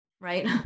right